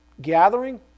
gathering